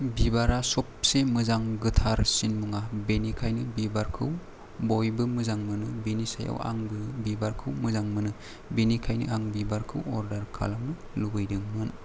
बिबारा सबसे मोजां गोथारसिन मुवा बेनिखायनो बिबारखौ बयबो मोजां मोनो बेनिसायाव आंबो बिबारखौ मोजां मोनो बेनिखायनो आं बिबारखौ अर्डार खालामनो लुबैदोंमोन